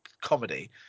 comedy